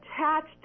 attached